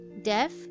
deaf